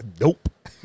Nope